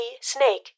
Snake